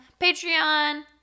Patreon